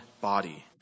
body